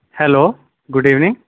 hello good evening